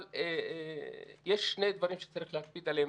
אבל יש שני דברים שצריך להקפיד עליהם,